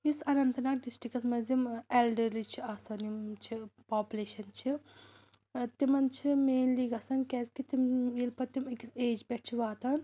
یُس Anantnag districts منٛز یِم ایلڈرلی چھِ آسان یِم چھ پاپولیشن چھ تِمَن چھ مینلی گژھان کیازِ کہِ تِم ییٚلہِ پتہٕ تِم أکِس ایج پیٹھ چھ واتان